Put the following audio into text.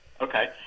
Okay